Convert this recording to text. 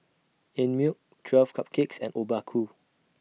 Einmilk twelve Cupcakes and Obaku